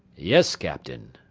yes, captain,